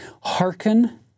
hearken